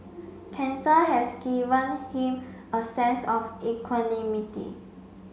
cancer has given him a sense of equanimity